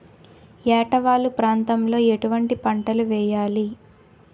ఏటా వాలు ప్రాంతం లో ఎటువంటి పంటలు వేయాలి?